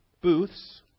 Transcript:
Booths